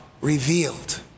revealed